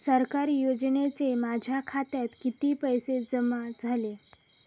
सरकारी योजनेचे माझ्या खात्यात किती पैसे जमा झाले?